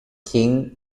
king